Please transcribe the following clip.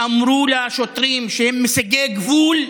ואמרו לשוטרים שהם משיגי גבול.